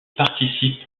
participe